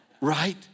Right